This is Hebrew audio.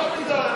מאוחר מדי.